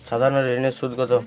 সাধারণ ঋণের সুদ কত?